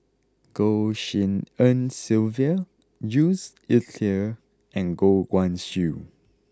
Goh Tshin En Sylvia Jules Itier and Goh Guan Siew